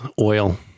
oil